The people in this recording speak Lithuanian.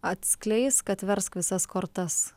atskleisk atversk visas kortas